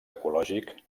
ecològic